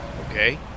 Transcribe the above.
okay